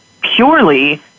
purely